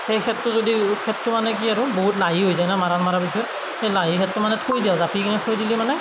সেই খেৰটো যদি খেৰটো মানে কি আৰু বহুত লাহি হৈ যায় ন মাৰাণ মৰাৰ পিছত সেই লাহি খেৰটো মানে থৈ দিওঁ জাপি কিনে থৈ দিলে মানে